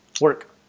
work